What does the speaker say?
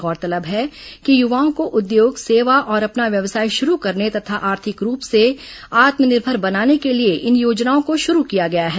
गौरतलब है कि युवाओं को उद्योग सेवा और अपना व्यवसाय शुरू करने तथा आर्थिक दुष्टि से आत्मनिर्भर बनाने के लिए इन योजनाओं को शुरू किया गया है